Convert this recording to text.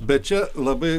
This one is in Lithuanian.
bet čia labai